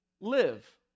live